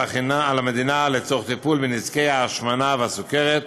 המדינה לצורך טיפול בנזקי ההשמנה והסוכרת,